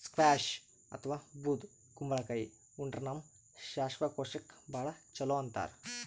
squash ಅಥವಾ ಬೂದ್ ಕುಂಬಳಕಾಯಿ ಉಂಡ್ರ ನಮ್ ಶ್ವಾಸಕೋಶಕ್ಕ್ ಭಾಳ್ ಛಲೋ ಅಂತಾರ್